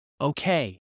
Okay